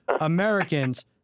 Americans